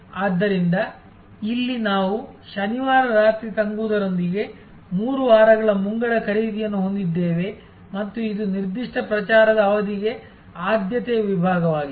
ಆದ್ದರಿಂದ ಇಲ್ಲಿ ನಾವು ಶನಿವಾರ ರಾತ್ರಿ ತಂಗುವುದರೊಂದಿಗೆ ಮೂರು ವಾರಗಳ ಮುಂಗಡ ಖರೀದಿಯನ್ನು ಹೊಂದಿದ್ದೇವೆ ಮತ್ತು ಇದು ನಿರ್ದಿಷ್ಟ ಪ್ರಚಾರದ ಅವಧಿಗೆ ಆದ್ಯತೆಯ ವಿಭಾಗವಾಗಿದೆ